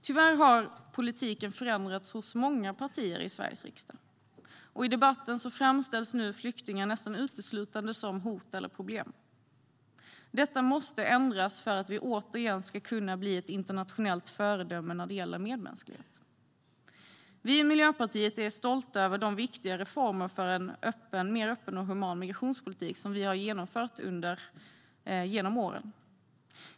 Tyvärr har politiken förändrats hos många partier i Sveriges riksdag, och i debatten framställs nu flyktingar nästan uteslutande som hot eller problem. Detta måste ändras för att vi återigen ska kunna bli ett internationellt föredöme när det gäller medmänsklighet. Vi i Miljöpartiet är stolta över de viktiga reformer för en mer öppen och human migrationspolitik som vi har genomfört genom åren.